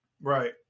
Right